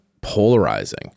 polarizing